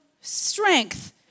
strength